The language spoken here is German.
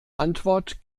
antwort